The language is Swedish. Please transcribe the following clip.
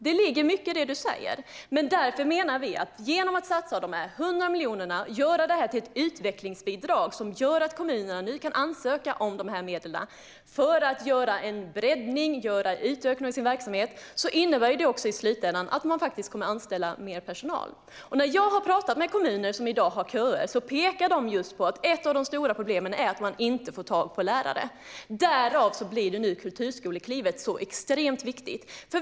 Det ligger mycket i det du säger, men vi menar att satsningen med dessa 100 miljoner, som vi gör till ett utvecklingsbidrag så att kommunerna nu kan ansöka om de här medlen för att göra en breddning och utöka sin verksamhet, också i slutändan innebär att man kommer att anställa mer personal. De kommuner som i dag har köer och som jag har talat med pekar just på att ett av de stora problemen är att man inte får tag på lärare. Därför blir nu Kulturskoleklivet extremt viktigt.